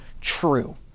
true